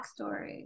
backstory